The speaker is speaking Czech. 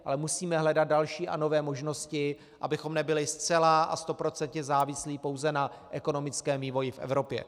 Ale musíme hledat další a nové možnosti, abychom nebyli zcela a stoprocentně závislí pouze na ekonomickém vývoji v Evropě.